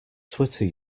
twitter